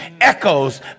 echoes